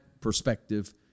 perspective